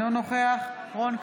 אינו נוכח רון כץ,